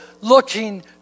looking